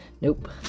Nope